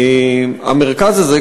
המרכז הזה,